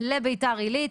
לביתר עילית,